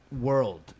world